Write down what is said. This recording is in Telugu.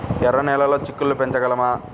ఎర్ర నెలలో చిక్కుళ్ళు పెంచగలమా?